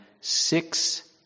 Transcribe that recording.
six